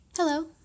Hello